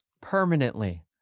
permanently